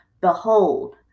Behold